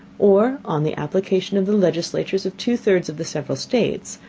or, on the application of the legislatures of two thirds of the several states,